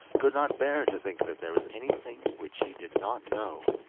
could not bear to think that there was anything which she did not know.